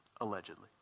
allegedly